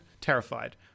terrified